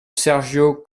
sergio